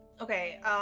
Okay